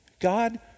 God